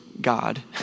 God